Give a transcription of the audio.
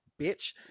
bitch